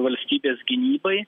valstybės gynybai